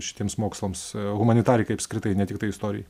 šitiems mokslams humanitarikai apskritai ne tiktai istorijai